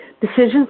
decisions